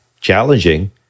Challenging